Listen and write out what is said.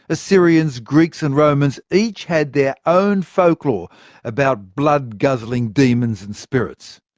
assyrians, greeks and romans each had their own folklore about blood-guzzling demons and spirits.